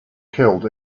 killed